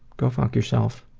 go fuck yourself.